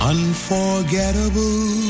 Unforgettable